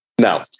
No